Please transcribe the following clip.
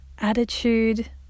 attitude